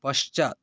पश्चात्